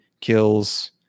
kills